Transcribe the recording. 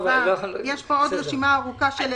יש פה עוד רשימה ארוכה.